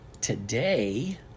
today